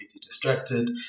distracted